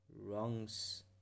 wrongs